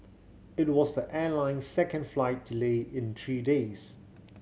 it was the airline's second flight delay in three days